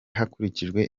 hakurikijwe